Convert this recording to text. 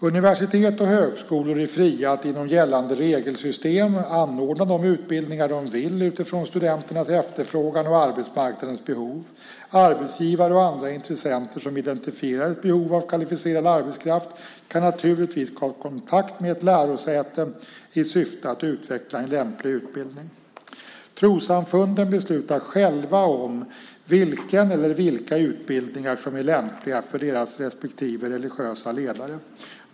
Universitet och högskolor är fria att inom gällande regelsystem anordna de utbildningar de vill utifrån studenternas efterfrågan och arbetsmarknadens behov. Arbetsgivare och andra intressenter som identifierar ett behov av kvalificerad arbetskraft kan naturligtvis ta kontakt med ett lärosäte i syfte att utveckla en lämplig utbildning. Trossamfunden beslutar själva om vilken eller vilka utbildningar som är lämpliga för deras respektive religiösa ledare.